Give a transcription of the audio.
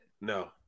No